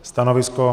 Stanovisko?